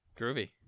Groovy